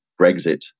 Brexit